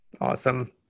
awesome